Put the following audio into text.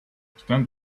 stand